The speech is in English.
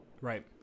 right